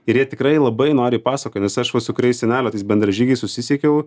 ir jie tikrai labai noriai pasakoja nes aš va su kuriais senelio tais bendražygiais susisiekiau